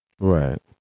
Right